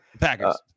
Packers